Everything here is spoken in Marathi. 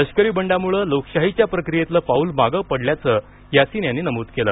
लष्करी बंडामुळे लोकशाहीच्या प्रक्रियेतलं पाऊल मागं पडल्याचं यासिन यांनी नमूद केलं